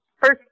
first